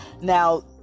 Now